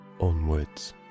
onwards